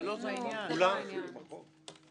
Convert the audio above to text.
לעסוק בתחומים.